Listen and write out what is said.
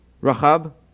Rahab